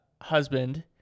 husband